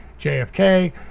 JFK